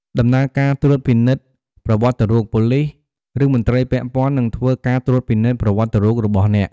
ដំណើរការត្រួតពិនិត្យប្រវត្តិរូប: ប៉ូលិស ឬមន្ត្រីពាក់ព័ន្ធនឹងធ្វើការត្រួតពិនិត្យប្រវត្តិរូបរបស់អ្នក។